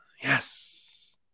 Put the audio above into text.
Yes